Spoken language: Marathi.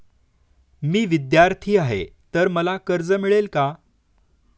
मी विद्यार्थी आहे तर मला कर्ज मिळेल का?